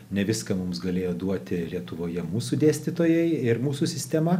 ne viską mums galėjo duoti lietuvoje mūsų dėstytojai ir mūsų sistema